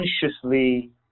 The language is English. consciously